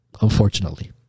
unfortunately